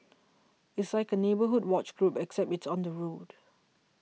it's like a neighbourhood watch group except it's on the road